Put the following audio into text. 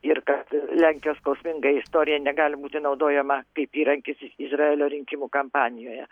ir kad lenkijos skausminga istorija negali būti naudojama kaip įrankis izraelio rinkimų kampanijoje